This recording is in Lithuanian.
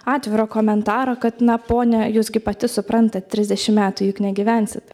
atviro komentaro kad na ponia jūs gi pati suprantat trisdešimt metų juk negyvensit